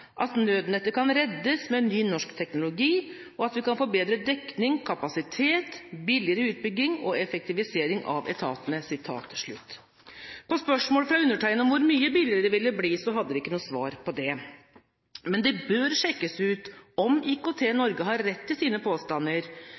at nødnettet kan reddes med ny norsk teknologi, og at vi kan få bedre dekning, kapasitet, billigere utbygging og effektivisering av etatene. På spørsmål fra undertegnede om hvor mye billigere det ville bli, hadde de ikke noe svar på det. Det bør sjekkes ut om IKT Norge har rett i sine påstander,